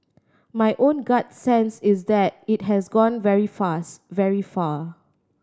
my own gut sense is that it has gone very fast very far